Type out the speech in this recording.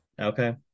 Okay